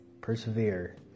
persevere